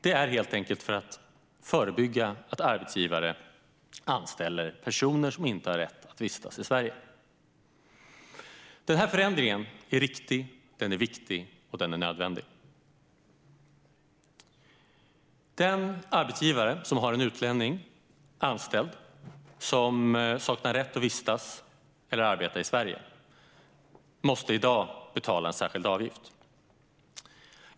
Det är helt enkelt för att förebygga att arbetsgivare anställer personer som inte har rätt att vistas i Sverige. Denna förändring är riktig, viktig och nödvändig. Den arbetsgivare som har en utlänning anställd som saknar rätt att vistas eller arbeta i Sverige måste i dag betala en särskild avgift.